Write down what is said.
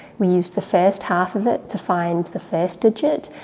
we used the first half of it to find the first digit,